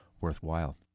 worthwhile